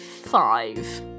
Five